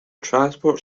transport